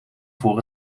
voor